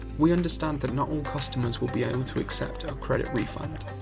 we understand that not all customers will be able to accept a credit refund,